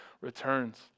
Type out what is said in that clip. returns